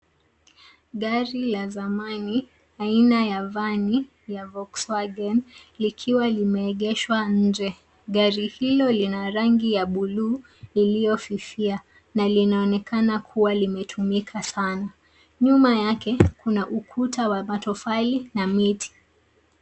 Gari ya zamani aina ya vani ya Volkswagen, likiwa limeegeshwa nje. Gari hilo lina rangi ya bluu iliyofifia na linaonekana kuwa limetumika sana. Nyuma yake kuna ukuta wa matofali na miti.